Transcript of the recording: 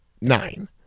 nine